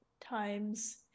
times